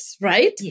right